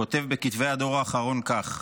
כותב בכתבי הדור האחרון כך: